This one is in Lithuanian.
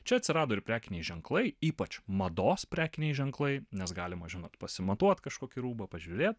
čia atsirado ir prekiniai ženklai ypač mados prekiniai ženklai nes galima žinot pasimatuot kažkokį rūbą pažiūrėt